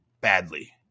badly